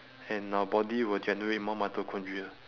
and our body will generate more mitochondria